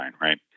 right